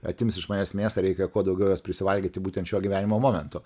atims iš manęs mėsą reikia kuo daugiau jos prisivalgyti būtent šiuo gyvenimo momentu